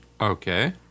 Okay